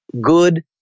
good